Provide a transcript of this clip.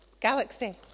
Galaxy